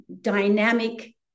dynamic